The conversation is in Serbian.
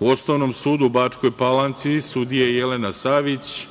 u Osnovnom sudu u Bačkoj Palanci – sudije Jelena Savić,